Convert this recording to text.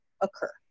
occur